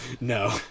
No